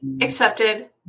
Accepted